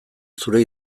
zure